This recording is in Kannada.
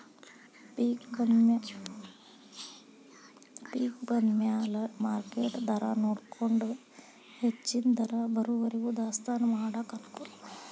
ಪಿಕ್ ಬಂದಮ್ಯಾಲ ಮಾರ್ಕೆಟ್ ದರಾನೊಡಕೊಂಡ ಹೆಚ್ಚನ ದರ ಬರುವರಿಗೂ ದಾಸ್ತಾನಾ ಮಾಡಾಕ ಅನಕೂಲ